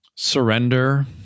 Surrender